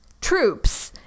troops